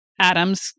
adam's